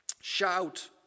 shout